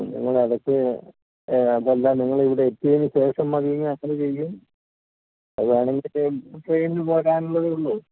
നിങ്ങൾ അതൊക്കെ അതല്ല നിങ്ങളിവിടെ എത്തിയതിന് ശേഷം മതിയെങ്കിൽ അങ്ങനെ ചെയ്യും അത് വേണമെങ്കിൽ ട്രെ ട്രെയിനിൽ പോരാനുള്ളതേ ഉള്ളു